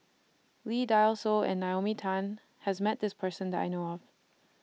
Lee Dai Soh and Naomi Tan has Met This Person that I know of